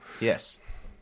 Yes